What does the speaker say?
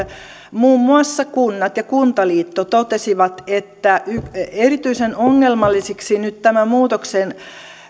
muun muassa kunnat ja kuntaliitto totesivat että erityisen ongelmallisiksi nyt tämän muutoksen